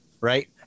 Right